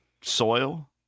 soil